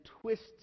twists